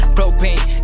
Propane